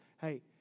hey